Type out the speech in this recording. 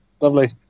Lovely